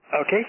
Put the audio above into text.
Okay